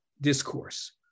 discourse